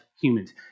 humans